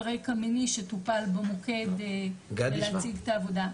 רקע מיני שטופל במוקד ולהציג את העבודה.